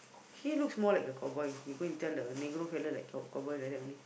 he looks more like a cowboy he go and tell the negro fella like cow~ cowboy like that only